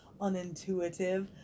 unintuitive